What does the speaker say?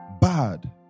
bad